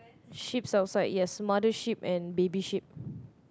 sheep's outside yes mother sheep and baby sheep